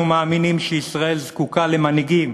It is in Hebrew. אנחנו מאמינים שישראל זקוקה למנהיגים